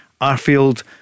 Arfield